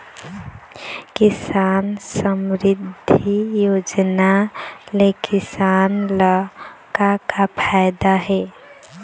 किसान समरिद्धि योजना ले किसान ल का का फायदा हे?